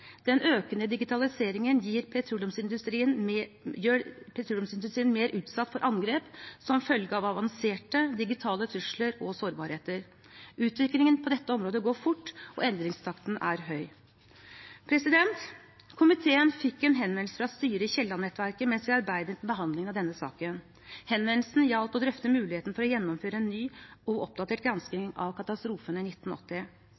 Den økende digitaliseringen gjør petroleumsindustrien mer utsatt for angrep som følge av avanserte digitale trusler og sårbarheter. Utviklingen på dette området går fort, og endringstakten er høy. Komiteen fikk en henvendelse fra styret i Kielland-nettverket mens vi arbeidet med behandlingen av denne saken. Henvendelsen gjaldt å drøfte muligheten for å gjennomføre en ny og oppdatert gransking av katastrofen i 1980.